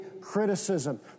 criticism